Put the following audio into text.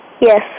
Yes